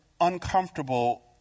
uncomfortable